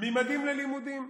ממדים ללימודים.